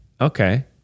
okay